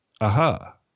aha